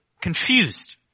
confused